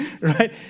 right